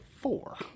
four